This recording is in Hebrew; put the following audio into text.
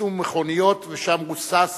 הוצתו מכוניות, ושם רוסס